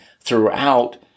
throughout